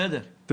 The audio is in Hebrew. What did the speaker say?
בסדר.